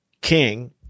king